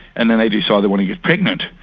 and then they decide they want to get pregnant,